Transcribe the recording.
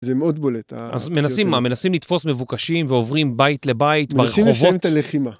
זה מאוד בולט, אז מנסים לתפוס מבוקשים ועוברים בית לבית, מנסים לשים את הלחימה.